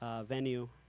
venue